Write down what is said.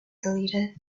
deleted